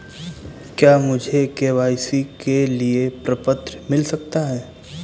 क्या मुझे के.वाई.सी के लिए प्रपत्र मिल सकता है?